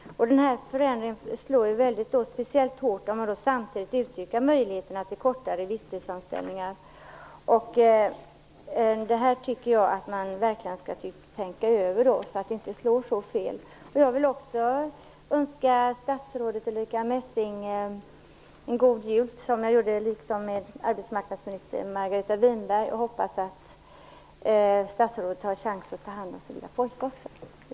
Den här förändringen slår speciellt hårt om man samtidigt utnyttjar möjligheten till kortare visstidsanställningar. Man borde verkligen tänka över det här, så att det inte slår så fel. Också jag vill önska statsrådet Ulrica Messing, liksom arbetsmarknadsminister Margareta Winberg, en god jul och hoppas att statsrådet tar chansen att ta hand om sin lilla pojke också.